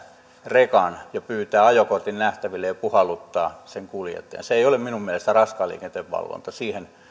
rekan pyytää ajokortin nähtäville ja puhalluttaa kuljettajan se ei ole minun mielestäni raskaan liikenteen valvontaa